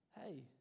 Hey